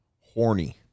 Horny